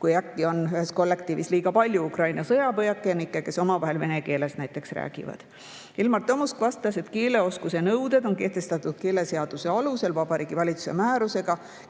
kui äkki on kollektiivis liiga palju Ukraina sõjapõgenikke, kes omavahel näiteks vene keeles räägivad. Ilmar Tomusk vastas, et keeleoskuse nõuded on kehtestatud keeleseaduse alusel Vabariigi Valitsuse määrusega.